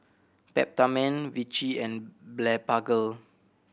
Peptamen Vichy and Blephagel